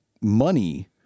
money